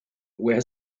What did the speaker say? where